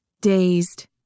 dazed